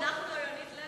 אנחנו, יונית לוי.